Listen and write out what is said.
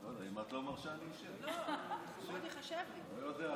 אני לא יודע,